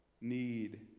need